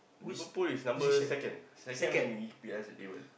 Liverpool is number second second in E_P_L table